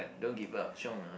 don't give up chiong ah